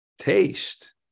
taste